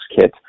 kit